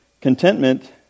contentment